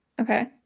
Okay